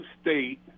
State